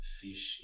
fish